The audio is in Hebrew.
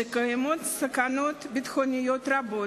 שקיימות סכנות ביטחוניות רבות,